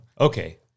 Okay